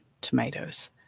tomatoes